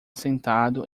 sentado